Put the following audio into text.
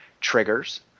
triggers